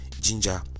ginger